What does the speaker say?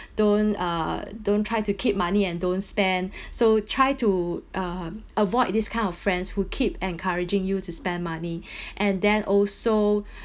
don't uh don't try to keep money and don't spend so try to uh avoid this kind of friends who keep encouraging you to spend money and then also